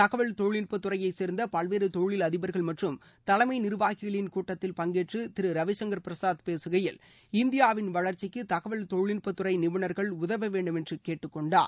தகவல் தொழில்நுட்ப துறைசை சேர்ந்த பல்வேறு தொழிலதிபர்கள் மற்றும் தலைமை நிர்வாகிகளின் கூட்டத்தில் பங்கேற்று திரு ரவிசங்கர் பிரசாத் பேசுகையில் இந்தியாவின் வளர்ச்சிக்கு தகவல் தொழில்நுட்ப துறை நிபுணர்கள் உதவ வேண்டும் என்று கேட்டுக்கொண்டார்